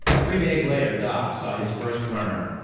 three days later, doc saw his first runner.